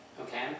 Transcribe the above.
Okay